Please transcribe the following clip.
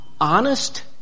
Honest